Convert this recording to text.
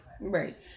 Right